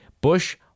Bush